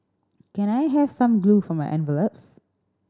can I have some glue for my envelopes